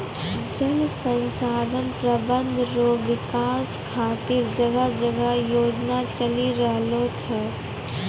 जल संसाधन प्रबंधन रो विकास खातीर जगह जगह योजना चलि रहलो छै